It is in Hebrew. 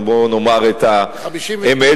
בוא נאמר את האמת.